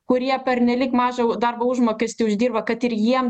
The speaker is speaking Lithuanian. kurie pernelyg mažą darbo užmokestį uždirba kad ir jiem